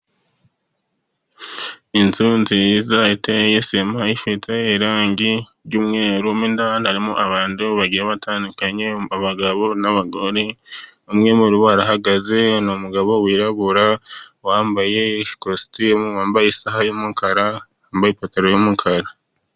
Inzu nziza iteye sima, ifite irangi ry'umweru, mo indani harimo abantu batandukanye, abagabo n'abagore, umwe muri bo arahagaze, ni umugabo wirabura wambaye ikositimu, wambaye isaha y'umukara, yambaye ipantaro y'umukara.